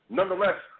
Nonetheless